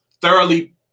thoroughly